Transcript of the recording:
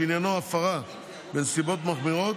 שעניינו הפרה בנסיבות מחמירות,